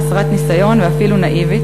חסרת ניסיון ואפילו נאיבית,